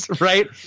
right